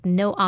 no